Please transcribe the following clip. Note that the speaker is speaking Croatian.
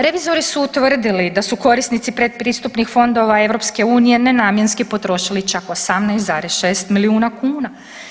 Revizori su utvrdili da su korisnici pretpristupnih fondova EU nenamjenski potrošili čak 18,6 milijuna kuna.